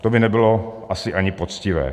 To by nebylo asi ani poctivé.